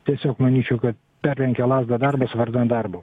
tiesiog manyčiau kad perlenkia lazdą darbas vardan darbo